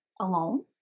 alone